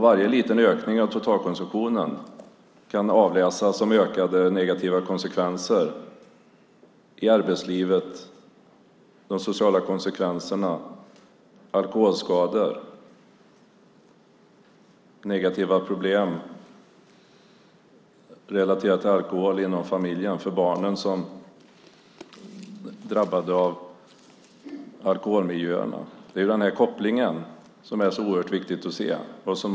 Varje liten ökning av totalkonsumtionen kan avläsas som ökade negativa konsekvenser i arbetslivet, sociala konsekvenser, alkoholskador och negativa problem inom familjen relaterade till alkohol, det vill säga de barn som drabbas av alkoholmiljöer. Det är så oerhört viktigt att se kopplingen.